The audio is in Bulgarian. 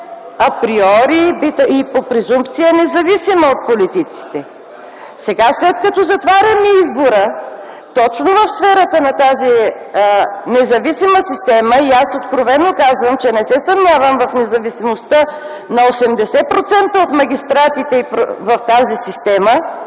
е априори и по презумпция независима от политиците. Сега, след като затваряме избора точно в сферата на тази независима система – и аз откровено казвам, че не се съмнявам в независимостта на 80% от магистратите в тази система